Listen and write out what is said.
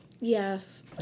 yes